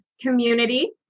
community